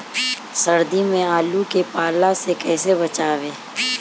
सर्दी में आलू के पाला से कैसे बचावें?